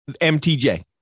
MTJ